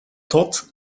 todt